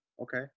Okay